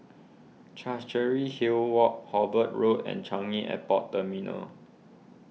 Chancery Hill Walk Hobart Road and Changi Airport Terminal